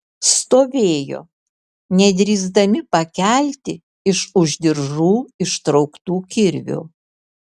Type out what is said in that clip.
stovėjo nedrįsdami pakelti iš už diržų ištrauktų kirvių